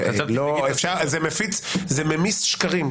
זה ממיס שקרים.